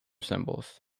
symbols